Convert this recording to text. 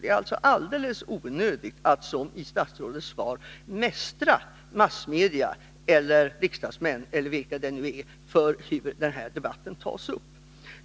Det är alltså helt onödigt att som i statsrådets svar mästra massmedia eller riksdagsmän för hur de tar upp denna debatt.